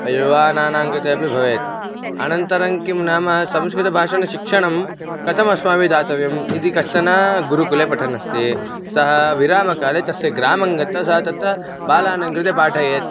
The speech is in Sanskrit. युवानां कृते अपि भवेत् अनन्तरं किं नाम संस्कृतभाषणशिक्षणं कथम् अस्माभिः दातव्यं यदि कश्चन गुरुकुले पठन् अस्ति सः विरामकाले तस्य ग्रामं गत्वा सः तत्र बालानां कृते पाठयेत्